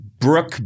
Brooke